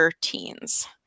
teens